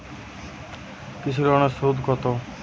কৃষি লোনের সুদ কত?